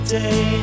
day